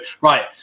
Right